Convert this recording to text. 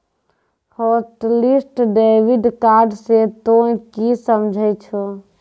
hotlist debit card से तोंय की समझे छौं